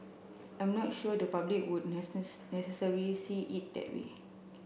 I'm not sure the public would necessarily see it that way